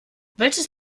welches